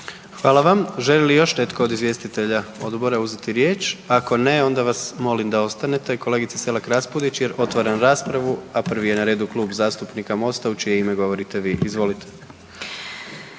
Hvala vam. Želi li još netko od izvjestitelja odbora uzeti riječ? Ako ne, onda vas molim da ostanete, kolegice Selar Raspudić, jer otvaram raspravu, a prvi je na redu Klub zastupnika Mosta u čije ime govorite vi. izvolite.